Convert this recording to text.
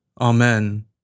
Amen